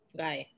guy